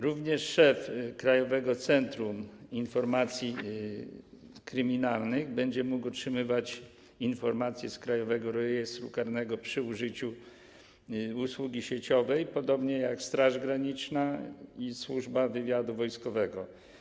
Również szef Krajowego Centrum Informacji Kryminalnych będzie mógł otrzymywać informacje z Krajowego Rejestru Karnego przy użyciu usługi sieciowej, podobnie jak Straż Graniczna i Służba Wywiadu Wojskowego.